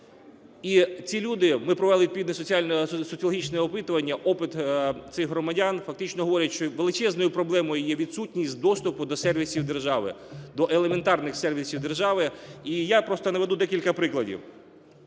І ці люди, ми провели плідне соціологічне опитування, досвід цих громадян фактично говорить, що величезною проблемою є відсутність доступу до сервісів держави, до елементарних сервісів держави. Я просто наведу декілька прикладів.